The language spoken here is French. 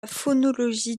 phonologie